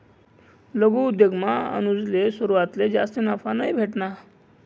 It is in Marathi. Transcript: लघु उद्योगमा अनुजले सुरवातले जास्ती नफा नयी भेटना